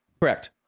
Correct